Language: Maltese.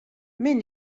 min